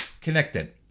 connected